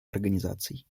организаций